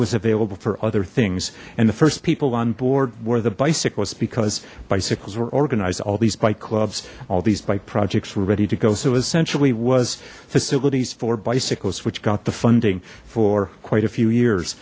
was available for other things and the first people on board were the bicyclists because bicycles were organized all these bike clubs all these bike projects were ready to go so essentially was facilities for bicycles which got the funding for quite a few years